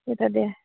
Saturday